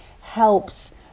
helps